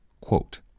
quote